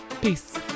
Peace